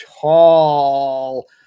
tall